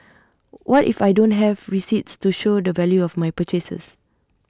what if I don't have receipts to show the value of my purchases